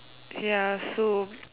ya so